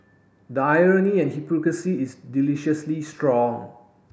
the irony and hypocrisy is deliciously strong